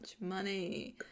money